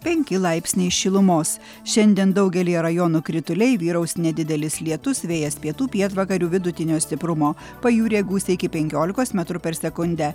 penki laipsniai šilumos šiandien daugelyje rajonų krituliai vyraus nedidelis lietus vėjas pietų pietvakarių vidutinio stiprumo pajūryje gūsiai iki penkiolikos metrų per sekundę